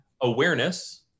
Awareness